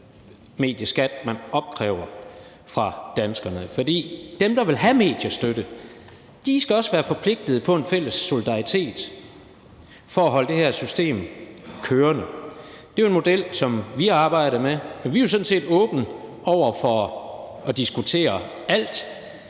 medieskat, man opkræver fra danskerne. For dem, der vil have mediestøtte, skal også være forpligtet til en fælles solidaritet for at holde det her system kørende. Det er jo en model, som vi har arbejdet med. Vi er sådan set åbne over for at diskutere alt.